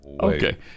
Okay